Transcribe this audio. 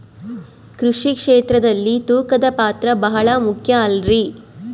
ಕೃಷಿ ಕ್ಷೇತ್ರದಲ್ಲಿ ತೂಕದ ಪಾತ್ರ ಬಹಳ ಮುಖ್ಯ ಅಲ್ರಿ?